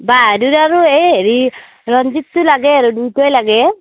বাহাদুৰ আৰু এই হেৰি ৰঞ্জিতটো লাগে আৰু দুয়োটাই লাগে